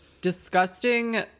disgusting